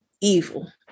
evil